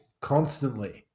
Constantly